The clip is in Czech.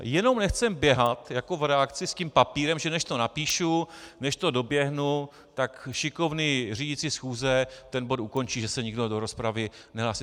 Jenom nechceme běhat jako v redakci s tím papírem, že než to napíšu, než to doběhnu, tak šikovný řídící schůze ten bod ukončí, že se nikdo kdo rozpravy nehlásí.